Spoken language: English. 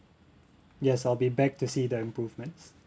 yes I'll be back to see the improvements